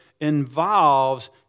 involves